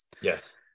Yes